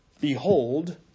Behold